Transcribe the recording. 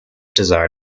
desire